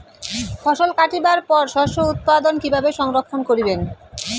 ফছল কাটিবার পর শস্য উৎপাদন কিভাবে সংরক্ষণ করিবেন?